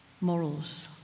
morals